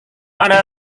anda